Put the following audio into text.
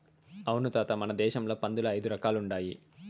అవును తాత మన దేశంల పందుల్ల ఐదు రకాలుండాయి